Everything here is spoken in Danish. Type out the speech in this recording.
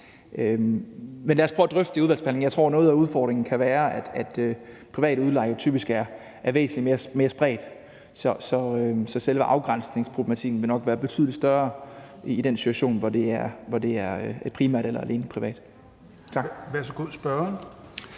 at drøfte det i udvalgsbehandlingen. Jeg tror, at noget af udfordringen kan være, at privat udlejning typisk er væsentlig mere spredt. Så selve afgrænsningsproblematikken vil nok være betydelig større i den situation, hvor det primært eller udelukkende er privat.